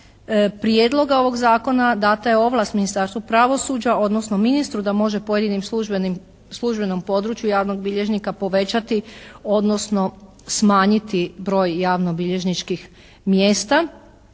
prijedloga ovog zakona dana je ovlast Ministarstvu pravosuđa odnosno ministru da može pojedinom službenom području javnog bilježnika povećati odnosno smanjiti broj javno-bilježničkih mjesta.